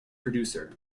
producer